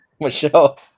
Michelle